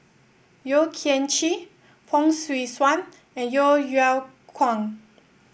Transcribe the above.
Yeo Kian Chye Fong Swee Suan and Yeo Yeow Kwang